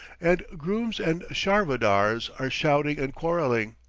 and grooms and charvadars are shouting and quarrelling.